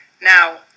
Now